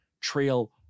trail